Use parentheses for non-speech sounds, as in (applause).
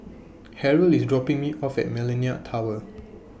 Harrold IS dropping Me off At Millenia Tower (noise)